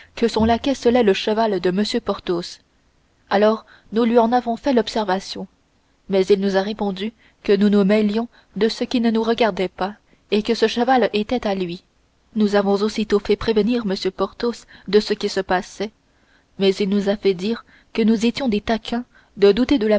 que son laquais sellait le cheval de m porthos alors nous lui en avons fait l'observation mais il nous a répondu que nous nous mêlions de ce qui ne nous regardait pas et que ce cheval était à lui nous avons aussitôt fait prévenir m porthos de ce qui se passait mais il nous à fait dire que nous étions des faquins de douter